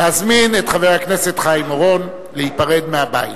להזמין את חבר הכנסת חיים אורון להיפרד מהבית.